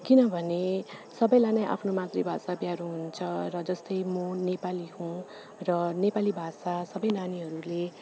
किनभने सबैलाई नै आफ्नो मातृभाषा प्यारो हुन्छ र जस्तै म नेपाली हुँ र नेपाली भाषा सबै नानीहरूले